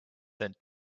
sent